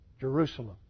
Jerusalem